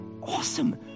awesome